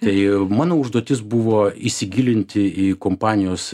tai mano užduotis buvo įsigilinti į kompanijos